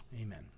Amen